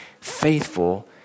faithful